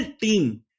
team